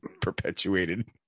perpetuated